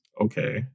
okay